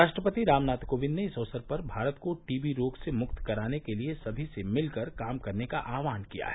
राष्ट्रपति रामनाथ कोविंद ने इस अवसर पर भारत को टी बी रोग से मुक्त कराने के लिए सभी से मिलकर काम करने का आह्वान किया है